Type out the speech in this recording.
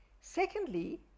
Secondly